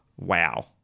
wow